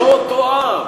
לא אותו עם,